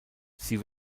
sie